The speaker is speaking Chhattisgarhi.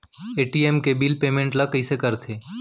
पे.टी.एम के बिल पेमेंट ल कइसे करथे?